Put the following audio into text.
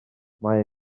mae